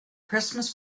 christmas